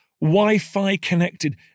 Wi-Fi-connected